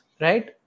right